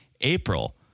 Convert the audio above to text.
April